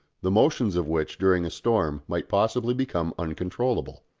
the motions of which during a storm might possibly become uncontrollable.